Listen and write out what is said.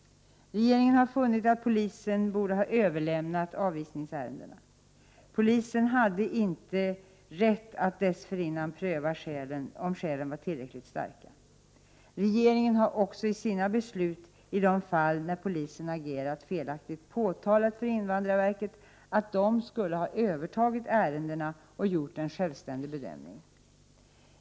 Regeringen har funnit att polisen borde ha överlämnat avvisningsärendena. Polisen hade inte rätt att dessförinnan pröva om skälen var tillräckligt starka. Regeringen har också i sina beslut i de fall när polisen agerat felaktigt påtalat för invandrarverket att verket skulle ha övertagit ärendena och gjort en självständig bedömning.